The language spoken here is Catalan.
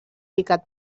picat